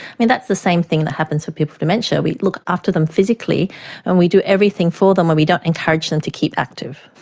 that's the same thing that happens with people in dementia. we look after them physically and we do everything for them and we don't encourage them to keep active.